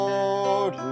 Lord